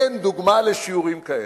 אין דוגמה לשיעורים כאלה,